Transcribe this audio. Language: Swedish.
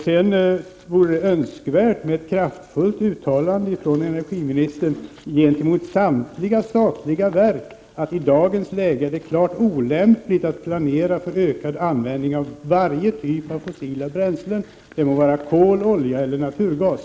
Det vore önskvärt med ett kraftfullt uttalande från energiministern till samtliga statliga verk att det i dagens läge är klart olämpligt att planera för ökad användning av varje typ av fossila bränslen, det må vara kol, olja eller naturgas.